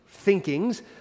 Thinkings